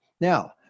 Now